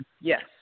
Yes